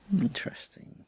Interesting